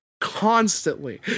constantly